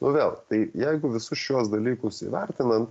nu vėl tai jeigu visus šiuos dalykus įvertinant